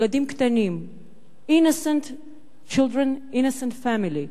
ילדים קטנים, innocent children, innocent family.